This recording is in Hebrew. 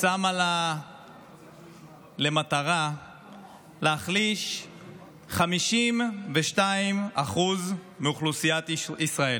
שמה לה למטרה להחליש 52% מאוכלוסיית ישראל,